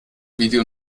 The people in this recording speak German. video